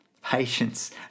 patience